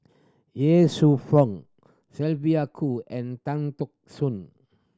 Ye Shufang Sylvia Kho and Tan Teck Soon